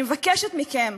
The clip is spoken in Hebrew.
אני מבקשת מכם,